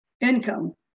income